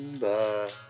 bye